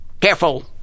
Careful